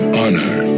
honor